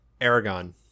Aragon